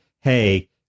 hey